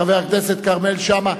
חבר הכנסת כרמל שאמה.